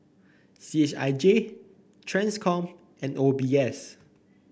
C H I J Transcom and O B S